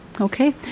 Okay